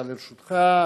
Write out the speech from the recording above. דקה לרשותך.